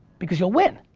because you'll win.